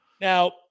Now